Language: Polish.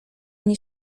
nie